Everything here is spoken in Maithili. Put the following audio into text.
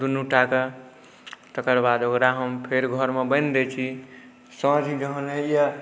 दुनू टाके तकरा बाद हम ओकरा फेर घरमे बान्हि दै छी साँझ जहन होइए